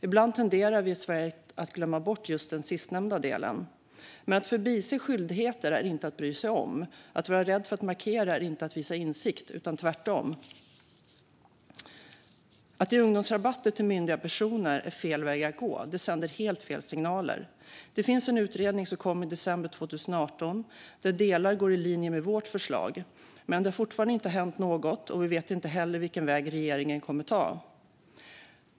Ibland tenderar vi i Sverige att glömma bort just den sistnämnda delen. Men att förbise skyldigheter är inte att bry sig om. Att vara rädd för att markera är inte att visa insikt, utan tvärtom. Att ge ungdomsrabatter till myndiga personer är fel väg att gå. Det sänder helt fel signaler. Det finns en utredning som kom i december 2018 där delar går i linje med vårt förslag. Men det har fortfarande inte hänt något, och vi vet inte heller vilken väg regeringen kommer att ta.